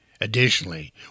Additionally